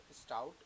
stout